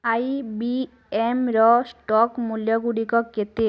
ଆଇବିଏମର stock ମୂଲ୍ୟଗୁଡ଼ିକ କେତେ